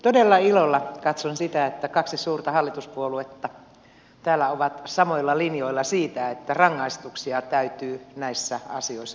todella ilolla katson sitä että kaksi suurta hallituspuoluetta täällä ovat samoilla linjoilla siinä että rangaistuksia täytyy näissä asioissa tulla